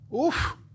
Oof